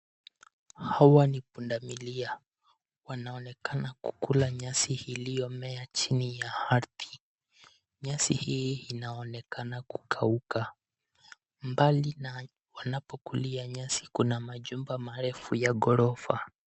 Hawa ni pundamilia. Wanaonekana kukula nyasi iliyomea chini ya ardhi. Nyasi hii inaonekana kukauka. Mbali na wanapokulia nyasi kuna majumba marefu ya ghorofa.